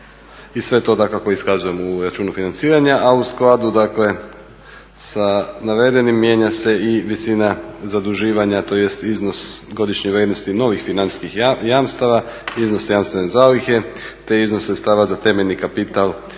I sve to dakako iskazujemo u računu financiranja, a u skladu, dakle sa navedenim mijenja se i visina zaduživanja, tj. iznos godišnje vrijednosti novih financijskih jamstava, iznos jamstvene zalihe, te iznos sredstava za temeljni kapital,